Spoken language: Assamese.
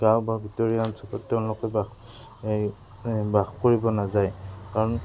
গাঁও বা ভিতৰীয়া অঞ্চলত তেওঁলোকে বাস এই বাস কৰিব নাযায় কাৰণ